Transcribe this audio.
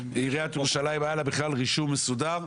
שלעיריית ירושלים היה בכלל רישום מסודר.